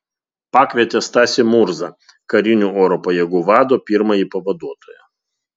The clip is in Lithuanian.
pakvietė stasį murzą karinių oro pajėgų vado pirmąjį pavaduotoją